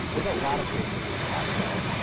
there's a lot of creativity in cocktails.